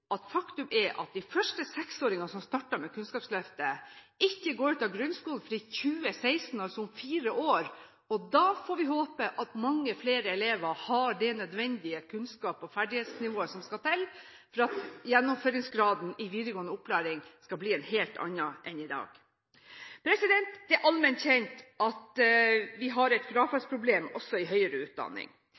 faktum at de første seksåringene som startet med Kunnskapsløftet, ikke går ut av grunnskolen før i 2016, altså om fire år. Vi får håpe at mange flere elever da har det nødvendige kunnskaps- og ferdighetsnivået som skal til for at gjennomføringsgraden i videregående opplæring skal bli en helt annen enn i dag. Det er allment kjent at vi har et frafallsproblem også i høyere utdanning.